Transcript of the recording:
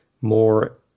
more